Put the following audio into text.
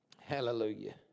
Hallelujah